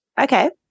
Okay